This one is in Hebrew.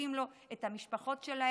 הסובבים אותו, את המשפחה שלו.